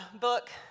Book